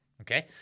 okay